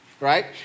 right